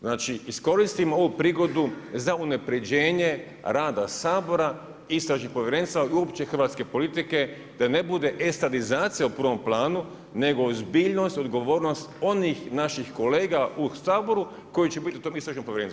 Znači iskoristimo ovu prigodu za unaprjeđenje rada Sabora, istražnih povjerenstava i uopće hrvatske politike, da ne bude estradizacija u prvom planu, nego ozbiljnost i odgovornost, onih naših kolega u Saboru, koji će biti u tom istražnom povjerenstvu.